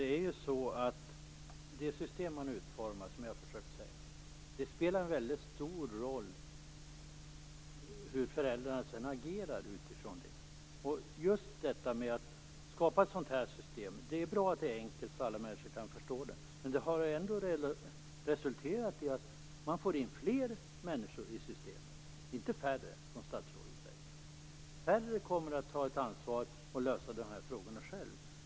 Fru talman! Det system man utformar, som jag har försökt säga, spelar en väldigt stor roll för hur föräldrarna sedan agerar. Det är bra att systemet är enkelt så att alla människor kan förstå det, men ändringen har ändå resulterat i att man fått in fler människor i systemet - inte färre, som statsrådet säger. Färre kommer att ta ett ansvar och lösa dessa frågor själv.